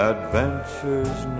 Adventures